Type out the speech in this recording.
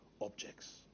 objects